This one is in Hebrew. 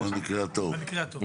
במקרה טוב.